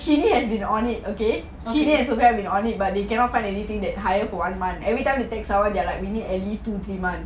you need has been on it again he is aware when oily but they cannot find anything that higher one month every time you take someone there like we need at least two demand